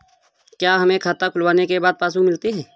क्या हमें खाता खुलवाने के बाद पासबुक मिलती है?